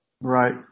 Right